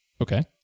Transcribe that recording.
Okay